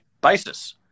basis